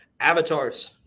Avatars